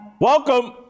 Welcome